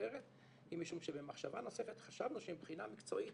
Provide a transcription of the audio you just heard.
אחרת היא משום שבמחשבה נוספת חשבנו שמבחינה מקצועית